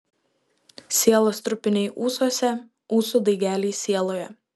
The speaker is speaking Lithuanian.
sielos trupiniai ūsuose ūsų daigeliai sieloje